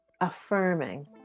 Affirming